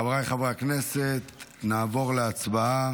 חבריי חברי הכנסת, נעבור להצבעה